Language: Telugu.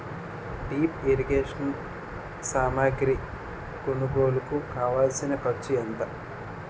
డ్రిప్ ఇరిగేషన్ సామాగ్రి కొనుగోలుకు కావాల్సిన ఖర్చు ఎంత